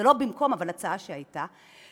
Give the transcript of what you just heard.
זה לא במקום אבל הצעה שהייתה,